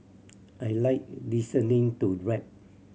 I like listening to rap